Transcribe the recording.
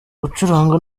gucuranga